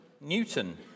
Newton